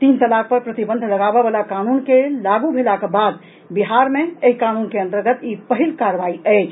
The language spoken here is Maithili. तीन तलाक पर प्रतिबंध लगाबऽ वला कानून के लागू भेलाक बाद बिहार मे एहि कानून के अंतर्गत ई पहिल कार्रवाई अछि